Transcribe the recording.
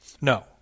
No